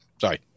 Sorry